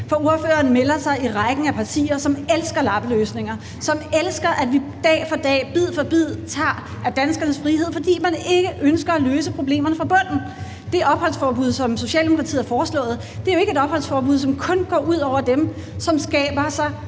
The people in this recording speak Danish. for ordføreren melder sig i rækken af partier, som elsker lappeløsninger; som elsker, at vi dag for dag, bid for bid, tager af danskernes frihed, fordi man ikke ønsker at løse problemerne fra bunden. Det opholdsforbud, som Socialdemokratiet har foreslået, er jo ikke et opholdsforbud, som kun går ud over dem, som skaber sig